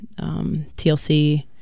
TLC